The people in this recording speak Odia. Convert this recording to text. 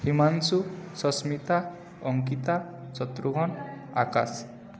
ହିମାଂଶୁ ସସ୍ମିତା ଅଙ୍କିତା ଶତ୍ରୁଘନ୍ ଆକାଶ